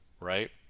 Right